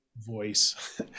voice